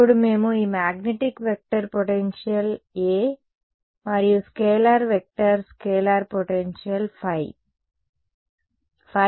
ఇప్పుడు మేము ఈ మాగ్నెటిక్ వెక్టర్ పొటెన్షియల్ A మరియు స్కేలార్ వెక్టర్ స్కేలార్ పొటెన్షియల్ ϕ